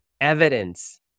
evidence